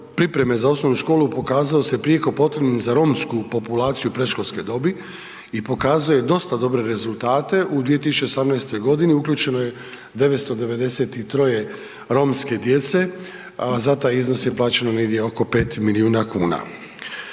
pripreme za osnovnu školu pokazao se prijeko potrebnim za romsku populaciju predškolske dobi i pokazuje dosta dobre rezultate. U 2018. g. uključeno je 993 romske djece, za taj iznos je plaćeno negdje oko 5 milijuna kuna.